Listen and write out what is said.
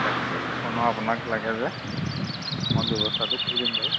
গাখীৰ অকণো আপোনাক লাগে যে মই ব্যৱস্থাটো কৰি দিম বাৰু